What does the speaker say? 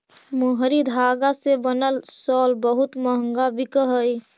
मोहरी धागा से बनल शॉल बहुत मँहगा बिकऽ हई